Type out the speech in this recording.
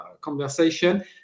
conversation